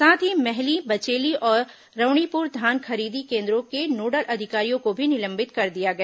साथ ही महली बचेली और रणवीरपुर धान खरीदी केन्द्रों के नोडल अधिकारियों को भी निलंबित कर दिया गया